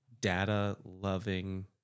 data-loving